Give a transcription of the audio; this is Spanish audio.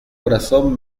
corazón